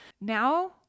Now